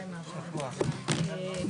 הישיבה ננעלה בשעה 18:33.